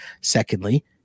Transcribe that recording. secondly